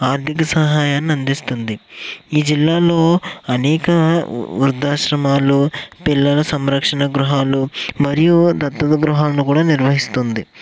ఆర్థిక సహాయాన్ని అందిస్తుంది ఈ జిల్లాలో అనేక వృద్ధాశ్రమాలు పిల్లల సంరక్షణ గృహాలు మరియు దత్తత గృహాలును కూడా నిర్వహిస్తుంది